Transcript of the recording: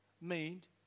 meant